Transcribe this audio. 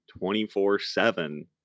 24-7